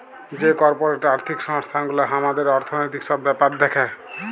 যে কর্পরেট আর্থিক সংস্থান গুলা হামাদের অর্থনৈতিক সব ব্যাপার দ্যাখে